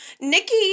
Nikki